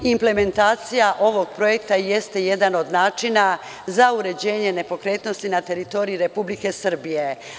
Implementacija ovog projekta jeste jedan od načina za uređenje nepokretnosti na teritoriji Republike Srbije.